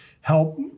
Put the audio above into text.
help